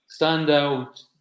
standout